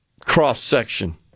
cross-section